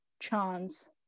chance